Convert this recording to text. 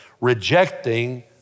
rejecting